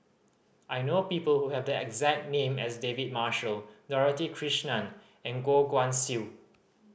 I know people who have the exact name as David Marshall Dorothy Krishnan and Goh Guan Siew